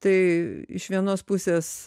tai iš vienos pusės